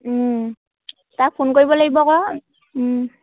তাক ফোন কৰিব লাগিব আকৌ